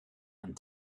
and